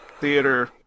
theater